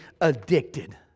addicted